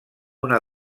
una